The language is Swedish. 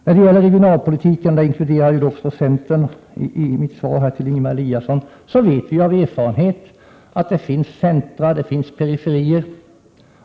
När det gäller regionalpolitiken — och där inkluderar jag centern i mitt svar till Ingemar Eliasson -— vet vi av erfarenhet att det finns centra och att det finns periferier.